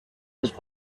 his